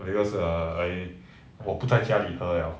because err I 我不在家里喝了